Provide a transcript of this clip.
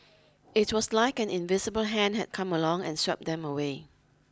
it was like an invisible hand had come along and swept them away